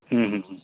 ಹ್ಞ್ ಹ್ಞ್ ಹ್ಞ್